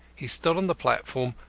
he stood on the platform,